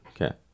Okay